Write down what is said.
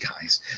guys